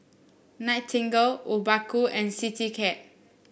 Nightingale Obaku and Citycab